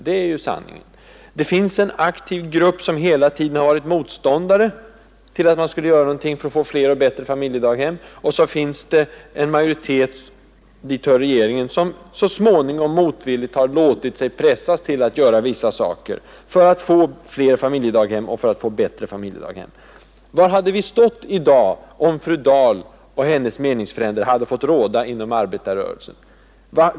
Det finns dels en aktiv grupp, som hela tiden varit motståndare till att man skall göra något för att få fler och bättre familjedaghem, dels en majoritet — och dit hör regeringen — som så småningom motvilligt har låtit sig pressas att vidta vissa åtgärder för att åstadkomma detta. Var hade vi stått i dag, om fru Dahl och hennes meningsfränder hade fått råda inom arbetarrörelsen?